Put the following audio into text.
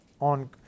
on